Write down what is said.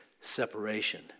separation